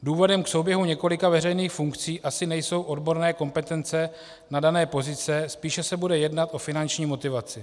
Důvodem k souběhu několika veřejných funkcí asi nejsou odborné kompetence na dané pozice, spíše se bude jednat o finanční motivaci.